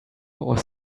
was